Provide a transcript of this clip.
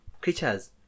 creatures